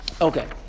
Okay